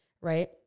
Right